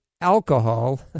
alcohol